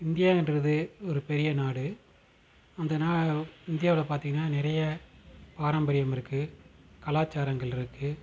India என்றது ஒரு பெரிய நாடு அந்த நா இந்தியாவில் பார்த்திங்கன்னா நிறைய பாரம்பரியம் இருக்குது கலாச்சாரங்கள் இருக்குது